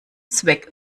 zweck